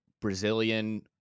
Brazilian